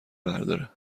برداره